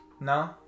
No